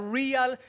real